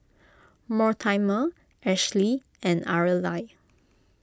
Mortimer Ashley and Arely